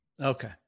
Okay